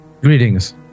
Greetings